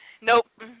Nope